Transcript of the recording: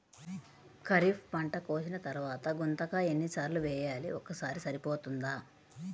ఖరీఫ్ పంట కోసిన తరువాత గుంతక ఎన్ని సార్లు వేయాలి? ఒక్కసారి సరిపోతుందా?